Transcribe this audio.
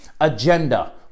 agenda